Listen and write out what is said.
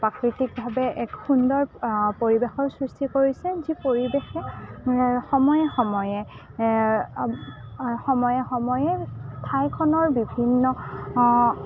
প্ৰাকৃতিকভাৱে এক সুন্দৰ পৰিৱেশৰ সৃষ্টি কৰিছে যি পৰিৱেশে সময়ে সময়ে সময়ে সময়ে ঠাইখনৰ বিভিন্ন